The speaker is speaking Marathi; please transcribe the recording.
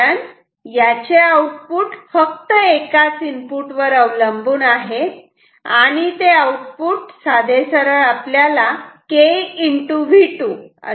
कारण याचे आउटपुट फक्त एकाच इनपुट वर अवलंबून आहे आणि ते आउटपुट साधे सरळ KV2 असे आहे